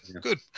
Good